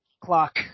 Clock